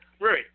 Right